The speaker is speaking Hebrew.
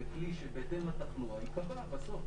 זה כלי שבהתאם לתחלואה ייקבע בסוף,